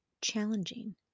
challenging